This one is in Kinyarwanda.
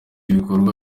ibikorwa